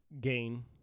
gain